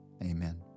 Amen